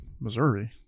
Missouri